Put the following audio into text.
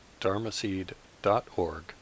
dharmaseed.org